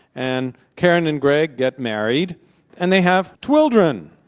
and karen and greg get married and they have twildren,